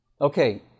Okay